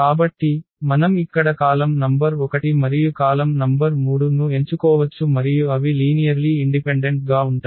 కాబట్టి మనం ఇక్కడ కాలమ్ నంబర్ 1 మరియు కాలమ్ నంబర్ 3 ను ఎంచుకోవచ్చు మరియు అవి లీనియర్లీ ఇండిపెండెంట్ గా ఉంటాయి